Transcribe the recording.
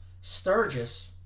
Sturgis